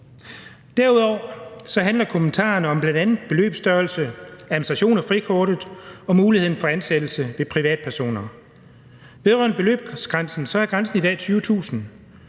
Derudover handler kommentarerne om bl.a. beløbsstørrelse, administration af frikortet og muligheden for ansættelse ved privatpersoner. Vedrørende beløbsgrænsen er grænsen i dag 20.000